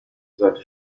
sollte